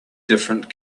different